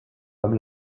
homme